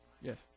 Yes